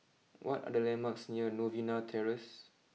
what are the landmarks near Novena Terrace